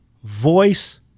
Voice